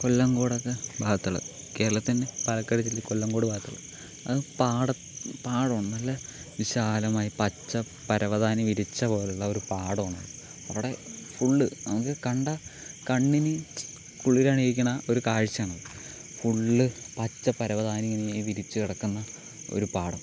കൊല്ലംകോടൊക്കെ ഭാഗത്തുള്ളത് കേരളത്തിൻ്റെ പാലക്കാട് ജില്ലയിലെ കൊല്ലംകോട് ഭാഗത്തുള്ളത് അത് പാട പാടമാണു നല്ല വിശാലമായ പച്ച പരവതാനി വിരിച്ച പോലുള്ള ഒരു പാടമാണ് അത് അവിടെ ഫുൾ നമ്മൾക്ക് കണ്ടാൽ കണ്ണിന് കുളിരണിയിക്കുന്ന ഒരു കാഴ്ചയാണത് ഫുൾ പച്ച പരവതാനി ഇങ്ങനെ വിരിച്ച് കിടക്കുന്ന ഒരു പാടം